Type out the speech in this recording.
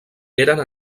eren